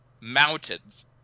mountains